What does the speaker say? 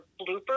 bloopers